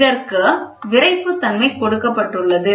இதற்கு விறைப்பு தன்மை கொடுக்கப்பட்டுள்ளது